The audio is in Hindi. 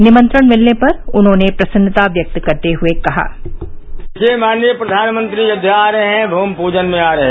निमन्त्रण मिलने पर उन्होंने प्रसन्नता व्यक्त करते हुए कहा माननीय प्रधानमंत्री जी अयोध्या आ रहे हैं भूमिपूजन में आ रहे हैं